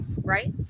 right